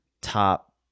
top